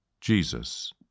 Jesus